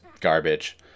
garbage